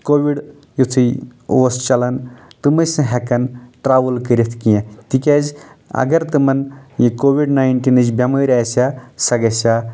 covid یِتُھے اوس چلان تِم ٲسۍ نہٕ ہٮ۪کان ٹراوٕل کٔرِتھ کینٛہہ تِکیٛازِ اگر تِمن یہِ کووِڈ ناینٹیٖنٕچ بٮ۪مٲر آسہِ ہا سۄ گژھِ ہا